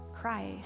Christ